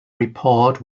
report